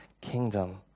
kingdom